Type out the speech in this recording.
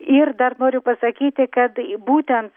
ir dar noriu pasakyti kad tai būtent